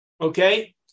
Okay